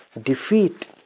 defeat